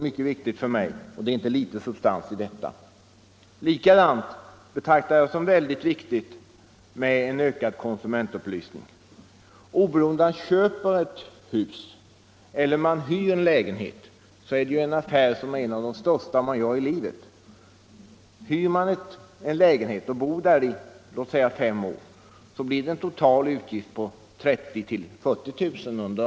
Det är inte litet substans i detta. Likaså betraktar jag det som ytterst viktigt med en ökad konsumentupplysning, oberoende av om man köper ett hus eller hyr en lägenhet är bostadsanskaffningen en av de största affärer man gör i livet. Hyr man en lägenhet och bor där i låt oss säga fem år, så blir det en total utgift på 30 000 å 40 000 kr.